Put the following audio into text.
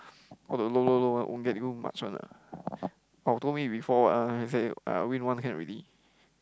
all the low low low won't won't get you much one ah oh he told me before uh he say I win one can already